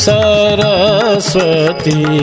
Saraswati